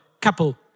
couple